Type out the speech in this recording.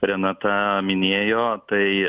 renata minėjo tai